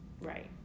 Right